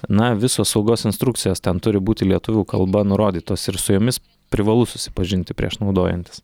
na visos saugos instrukcijos ten turi būti lietuvių kalba nurodytos ir su jomis privalu susipažinti prieš naudojantis